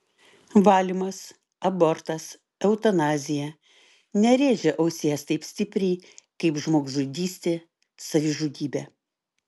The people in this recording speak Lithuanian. valymas abortas eutanazija nerėžia ausies taip stipriai kaip žmogžudystė savižudybė